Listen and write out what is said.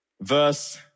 verse